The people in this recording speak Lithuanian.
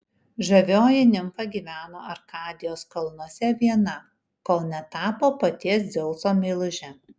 žavioji nimfa gyveno arkadijos kalnuose viena kol netapo paties dzeuso meiluže